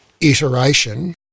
iteration